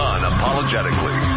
Unapologetically